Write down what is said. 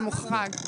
זה מוחרג.